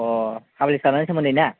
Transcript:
अ फाब्लिस खालामनायनि सोमोन्दै ना